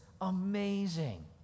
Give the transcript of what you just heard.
amazing